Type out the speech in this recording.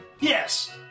Yes